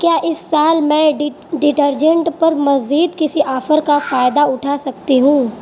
کیا اس سال میں ڈی ڈٹرجنٹ پر مزید کسی آفر کا فائدہ اٹھا سکتی ہوں